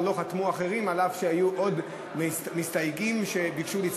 כל מה שקשור לשבת,